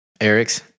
Eric's